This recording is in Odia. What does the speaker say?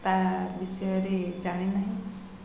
ତା' ବିଷୟରେ ଜାଣିନାହିଁ